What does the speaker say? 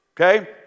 okay